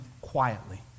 quietly